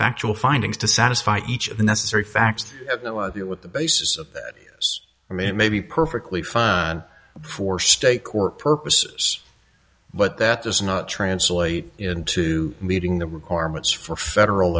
factual findings to satisfy each of the necessary facts with the basis of i mean it may be perfectly fine for state court purposes but that does not translate into meeting the requirements for federal